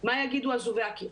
מה יגידו אזובי הקיר?